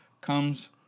comes